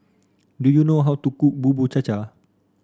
do you know how to cook Bubur Cha Cha